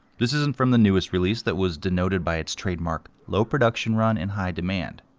this isn't from the newest release that was denoted by it's trademark low production run and high demand.